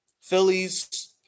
Phillies